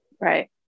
Right